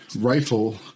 Rifle